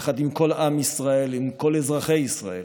יחד עם כל עם ישראל, עם כל אזרחי ישראל.